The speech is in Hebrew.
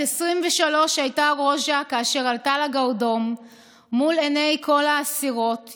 בת 23 הייתה רוז'ה כאשר עלתה לגרדום מול עיני כל האסירות,